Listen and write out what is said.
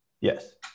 Yes